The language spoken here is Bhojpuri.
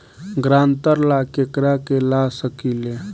ग्रांतर ला केकरा के ला सकी ले?